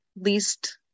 least